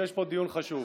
שיש פה דיון חשוב.